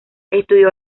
estudió